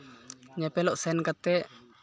ᱧᱮᱯᱮᱞᱚᱜ ᱥᱮᱱ ᱠᱟᱛᱮᱫ